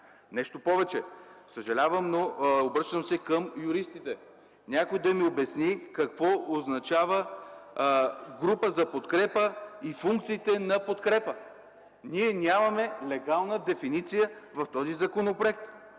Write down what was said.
Нещо повече. Обръщам се към юристите: някой да ми обясни какво означава „група за подкрепа” и „функциите на подкрепа”. Ние нямаме легална дефиниция в този законопроект.